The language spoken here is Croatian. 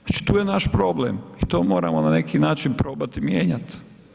Znači tu je naš problem i to moramo na neki način probati mijenjati.